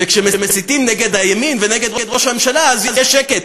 וכשמסיתים נגד הימין ונגד ראש הממשלה אז יש שקט,